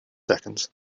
seconds